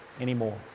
anymore